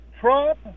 Trump